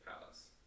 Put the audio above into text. Palace